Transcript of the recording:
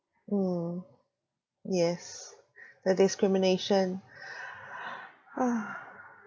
mm yes the discrimination